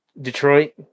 Detroit